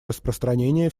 распространения